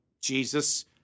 Jesus